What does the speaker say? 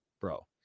bro